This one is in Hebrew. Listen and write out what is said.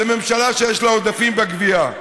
לממשלה שיש לה עודפים בגבייה?